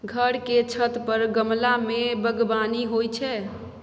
घर के छत पर गमला मे बगबानी होइ छै